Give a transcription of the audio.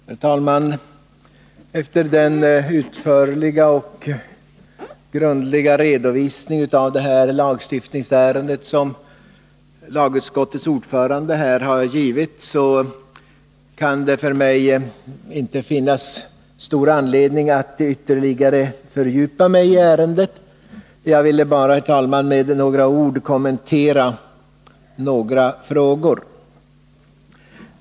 Herr talman! Efter den utförliga och grundliga redovisning av detta lagstiftningsärende som lagutskottets ordförande här har givit kan det för mig inte finnas stor anledning att ytterligare fördjupa mig i ärendet. Jag vill bara, herr talman, med några ord kommentera ett par frågor.